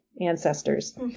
ancestors